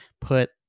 put